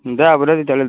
দে হ'ব দে তেতিয়া হ'লে